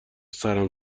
سرم